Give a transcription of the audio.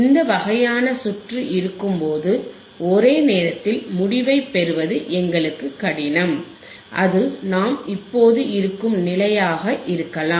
இந்த வகையான சுற்று இருக்கும்போது ஒரே நேரத்தில் முடிவைப் பெறுவது எங்களுக்கு கடினம் அது நாம் இப்போது இருக்கும் நிலையாக இருக்கலாம்